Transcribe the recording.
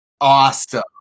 Awesome